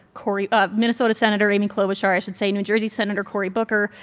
cory ah minnesota senator amy klobuchar i should say new jersey senator cory booker,